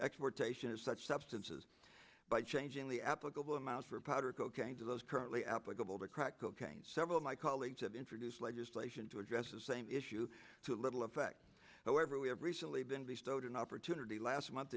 exportation of such substances by changing the applicable miles for powder cocaine to those currently applicable to crack cocaine several of my colleagues have introduced legislation to address the same issue too little effect however we have recently been bestowed an opportunity last month